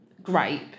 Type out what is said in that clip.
grape